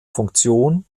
funktion